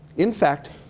in fact,